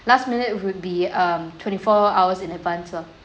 last minute would be um twenty four hours in advance lah